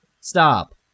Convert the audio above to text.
Stop